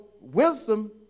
wisdom